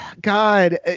God